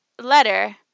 letter